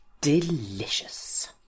delicious